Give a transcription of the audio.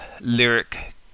lyric